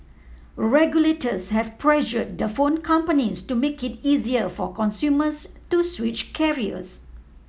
regulators have pressured the phone companies to make it easier for consumers to switch carriers